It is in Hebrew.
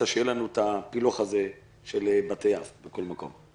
לקבל את האינדיקציה שיהיה לנו הפילוח הזה של בתי אב בכל מקום.